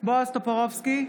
בועז טופורובסקי,